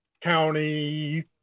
county